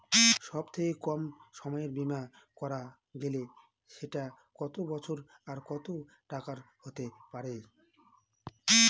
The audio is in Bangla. সব থেকে কম সময়ের বীমা করা গেলে সেটা কত বছর আর কত টাকার হতে পারে?